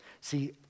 See